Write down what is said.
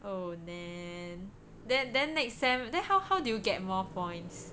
oh man then then then next sem then how how did you get more points